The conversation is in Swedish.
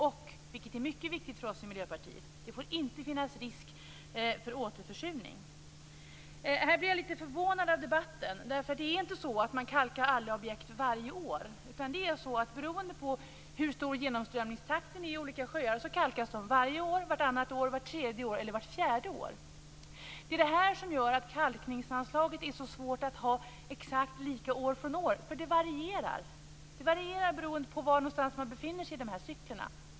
Och det får inte finnas risk för återförsurning, vilket är mycket viktigt för oss i Miljöpartiet. Här blir jag lite förvånad över debatten. Det är inte så att man kalkar alla objekt varje år. Beroende på hur genomströmningstakten är i sjön kalkas den varje år, vartannat år, vart tredje år eller vart fjärde år. Det är det som gör att det är så svårt att ha kalkningsanslaget exakt lika stort år från år - det varierar beroende på var man befinner sig i de här cyklerna.